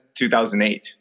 2008